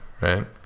right